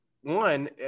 one